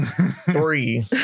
Three